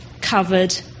covered